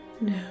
No